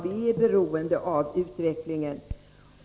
Vi är beroende av utvecklingen.